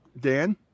Dan